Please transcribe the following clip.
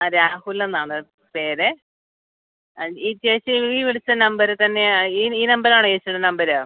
ആ രാഹുൽ എന്നാണ് പേര് ആ ഈ ചേച്ചി ഈ വിളിച്ച നമ്പര് തന്നെയാണ് ഈ ഈ നമ്പരാണോ ചേച്ചീടെ നമ്പര്